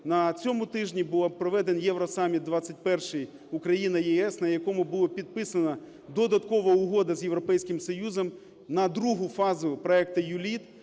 На цьому тижні було проведено євросаміт 21-й Україна - ЄС, на якому було підписано додаткова угода з Європейським Союзом на другу фазу проекту U-LEAD,